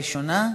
בבקשה.